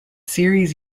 series